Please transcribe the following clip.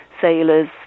sailors